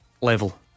Level